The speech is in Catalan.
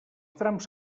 trams